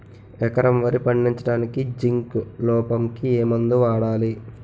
ఎకరం వరి పండించటానికి జింక్ లోపంకి ఏ మందు వాడాలి?